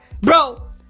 Bro